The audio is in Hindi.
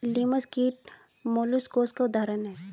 लिमस कीट मौलुसकास का उदाहरण है